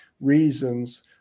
reasons